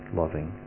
loving